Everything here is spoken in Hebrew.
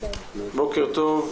בוקר טוב.